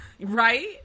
Right